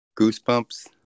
Goosebumps